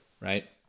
right